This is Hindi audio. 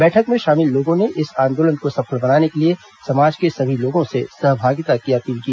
बैठक में शामिल लोगों ने इस आंदोलन को सफल बनाने के लिए समाज के सभी लोगों से सहभागिता की अपील की